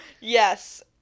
Yes